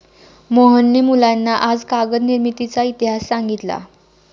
मोहनने मुलांना आज कागद निर्मितीचा इतिहास सांगितला